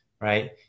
right